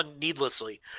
needlessly